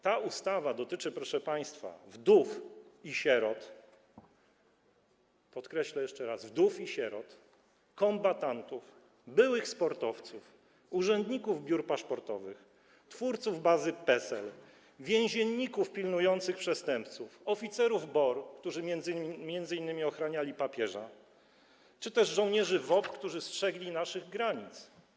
Ta ustawa dotyczy, proszę państwa, wdów i sierot, podkreślę jeszcze raz: wdów i sierot, kombatantów, byłych sportowców, urzędników biur paszportowych, twórców bazy PESEL, więzienników pilnujących przestępców, oficerów BOR, którzy m.in. ochraniali papieża, czy też żołnierzy WOP, którzy strzegli naszych granic.